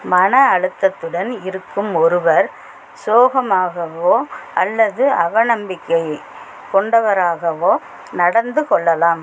மன அழுத்தத்துடன் இருக்கும் ஒருவர் சோகமாகவோ அல்லது அவநம்பிக்கை கொண்டவராகவோ நடந்து கொள்ளலாம்